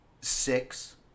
six